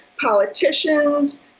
politicians